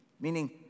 Meaning